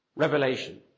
Revelation